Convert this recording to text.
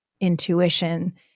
intuition